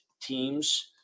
teams